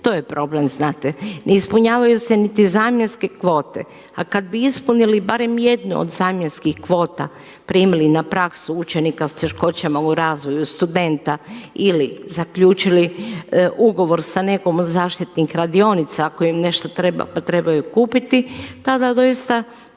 To je problem, znate. Ne ispunjavaju se niti zamjenske kvote. A kad bi ispunili barem jednu od zamjenskih kvota, primili na praksu učenika sa teškoćama u razvoju, studenta ili zaključili ugovor sa nekom od zaštitnih radionica ako im nešto treba, pa trebaju kupiti, tada doista